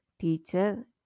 Teacher